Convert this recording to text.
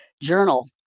journal